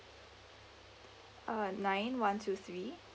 uh nine one two three